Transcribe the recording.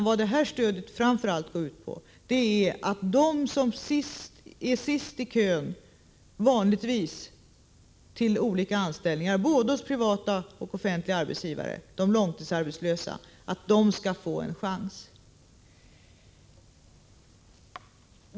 Vad rekryteringsstödet framför allt syftar till är att de som vanligtvis står sist i kön till anställningar, både hos privata och hos offentliga arbetsgivare, dvs. de långtidsarbetslösa, skall få en chans.